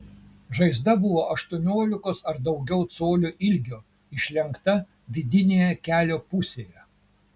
žaizda buvo aštuoniolikos ar daugiau colių ilgio išlenkta vidinėje kelio pusėje